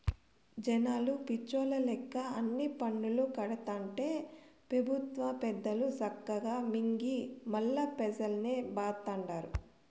జనాలు పిచ్చోల్ల లెక్క అన్ని పన్నులూ కడతాంటే పెబుత్వ పెద్దలు సక్కగా మింగి మల్లా పెజల్నే బాధతండారు